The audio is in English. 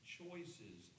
choices